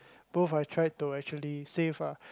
both I try to actually save ah